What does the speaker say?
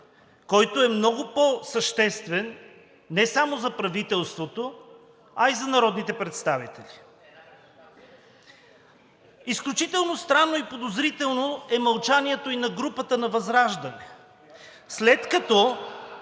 който е много по-съществен не само за правителството, а и за народните представители. Изключително странно и подозрително е мълчанието и на групата на ВЪЗРАЖДАНЕ (смях от